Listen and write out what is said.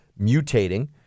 mutating